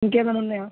ఇంక ఏమైనా ఉన్నాయా